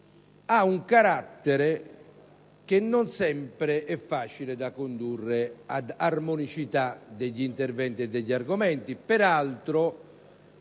ha un carattere che non sempre è facile da condurre ad armonicità degli interventi e degli argomenti.